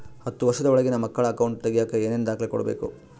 ಹತ್ತುವಷ೯ದ ಒಳಗಿನ ಮಕ್ಕಳ ಅಕೌಂಟ್ ತಗಿಯಾಕ ಏನೇನು ದಾಖಲೆ ಕೊಡಬೇಕು?